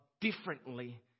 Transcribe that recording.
differently